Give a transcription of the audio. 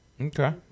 okay